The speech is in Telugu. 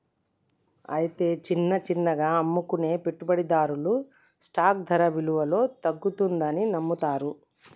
అయితే చిన్న చిన్నగా అమ్ముకునే పెట్టుబడిదారులు స్టాక్ ధర విలువలో తగ్గుతుందని నమ్ముతారు